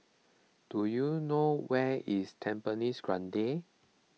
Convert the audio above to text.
do you know where is Tampines Grande